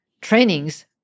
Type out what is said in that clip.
trainings